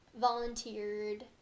volunteered